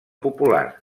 popular